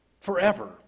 forever